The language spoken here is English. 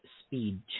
Speed